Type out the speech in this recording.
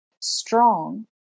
strong